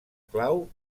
clau